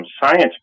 science